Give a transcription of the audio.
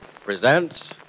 presents